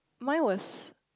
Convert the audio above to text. mine was